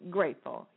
Grateful